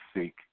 seek